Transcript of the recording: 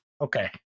okay